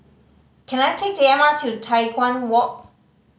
can I take the M R T to Tai Hwan Walk